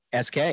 sk